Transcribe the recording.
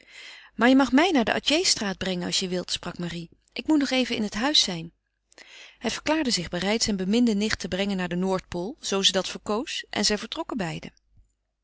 maar je mag mij naar de atjehstraat brengen als je wilt sprak marie ik moet nog even in het huis zijn hij verklaarde zich bereid zijne beminde nicht te brengen naar de noordpool zoo ze dat verkoos en zij vertrokken beiden